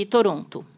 Toronto